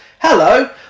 Hello